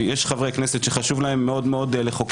יש חברי כנסת שחשוב להם מאוד לחוקק,